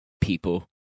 people